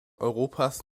europas